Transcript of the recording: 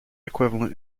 equivalent